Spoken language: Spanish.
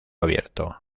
abierto